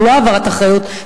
או לא העברת אחריות,